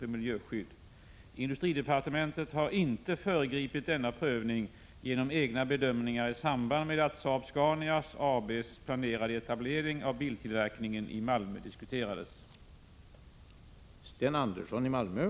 Var industridepartementet medvetet om att SAAB:s lokalisering till Kockumsområdet i Malmö kunde innebära problem avseende möjligheten att uppfylla gällande miljölagstiftning?